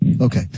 Okay